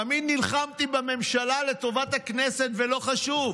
תמיד נלחמתי בממשלה לטובת הכנסת, ולא חשוב.